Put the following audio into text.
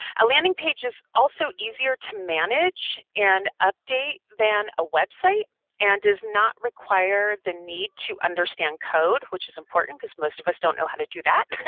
a landing page is also easier to manage and update than a website and does not require the need to understand code which is important cause most of us don't know how to do that.